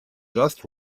just